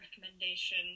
recommendation